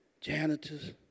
janitors